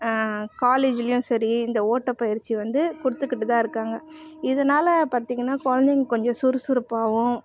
காலேஜூலையும் சரி இந்த ஓட்டப்பயிற்சி வந்து கொடுத்துக்கிட்டு தான் இருக்காங்க இதனால பார்த்தீங்கனா கொழந்தைங்க கொஞ்சம் சுறுசுறுப்பாகவும்